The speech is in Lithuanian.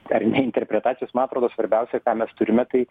ar neinterpretacijos man atrodo svarbiausia ką mes turime tai